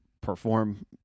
perform